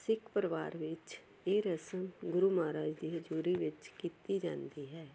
ਸਿੱਖ ਪਰਿਵਾਰ ਵਿੱਚ ਇਹ ਰਸਮ ਗੁਰੂ ਮਹਾਰਾਜ ਦੀ ਹਜ਼ੂਰੀ ਵਿੱਚ ਕੀਤੀ ਜਾਂਦੀ ਹੈ